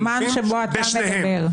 זמן שבו אתה מדבר.